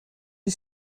you